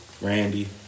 Randy